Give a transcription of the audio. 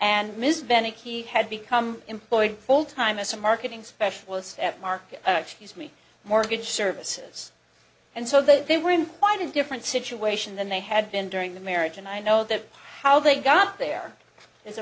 he had become employed full time as a marketing specialist at market me mortgage services and so they were in quite a different situation than they had been during the marriage and i know that how they got there is a